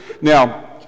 Now